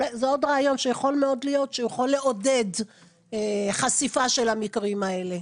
זה עוד רעיון שיכול מאוד להיות שיכול לעודד חשיפה של המקרים האלה.